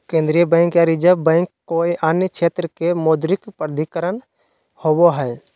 केन्द्रीय बैंक या reserve bank कोय अन्य क्षेत्र के मौद्रिक प्राधिकरण होवो हइ